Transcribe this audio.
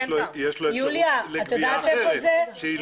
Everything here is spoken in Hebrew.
יש הרבה דברים שהוסכמו בוועדה שבראשה עמד